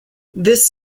this